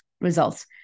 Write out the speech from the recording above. results